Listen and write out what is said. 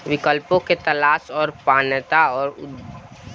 विकल्पों के तलाश और पात्रता और अउरदावों के कइसे देखल जाइ?